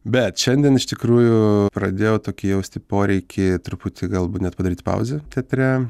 bet šiandien iš tikrųjų pradėjau tokį jausti poreikį truputį galbūt net padaryt pauzę teatre